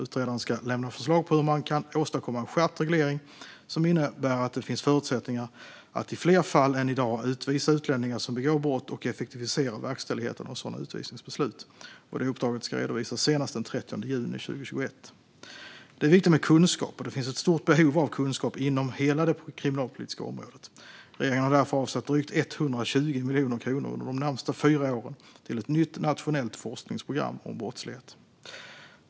Utredaren ska lämna förslag på hur man kan åstadkomma en skärpt reglering som innebär att det finns förutsättningar att i fler fall än i dag utvisa utlänningar som begår brott och effektivisera verkställigheten av sådana utvisningsbeslut. Uppdraget ska redovisas senast den 30 juni 2021. Det är viktigt med kunskap, och det finns ett stort behov av kunskap inom hela det kriminalpolitiska området. Regeringen har därför avsatt drygt 120 miljoner kronor under de närmaste fyra åren till ett nytt nationellt forskningsprogram om brottslighet.